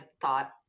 thought